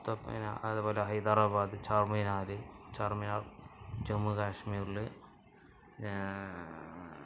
ഖുത്ബ് മിനാർ അതേപോലെ ഹൈദരാബാദ് ചാർമിനാർ ചാർമിനാർ ജമ്മുകശ്മീരിൽ